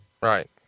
right